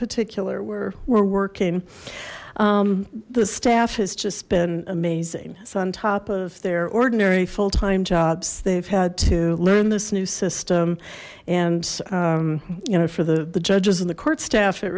particular were we're working the staff has just been amazing that's on top of their ordinary full time jobs they've had to learn this new system and you know for the the judges and the court staff it